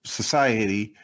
society